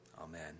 Amen